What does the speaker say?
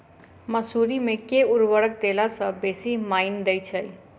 मसूरी मे केँ उर्वरक देला सऽ बेसी मॉनी दइ छै?